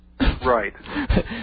Right